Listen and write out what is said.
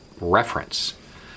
reference